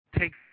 take